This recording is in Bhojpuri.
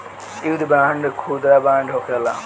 युद्ध बांड खुदरा बांड होखेला